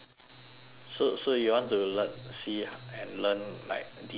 so so you want to lear~ see and learn like designing